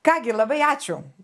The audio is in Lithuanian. ką gi labai ačiū